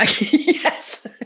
yes